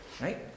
right